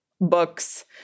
books